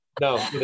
no